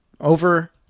over